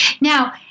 Now